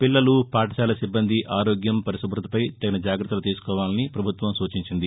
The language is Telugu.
పిల్లలు పాఠశాల సిబ్బంది ఆరోగ్యం పరిశుభ్రతపై తగిన జాగ్రత్తలు తీసుకోవాలని ప్రపభుత్వం సూచించింది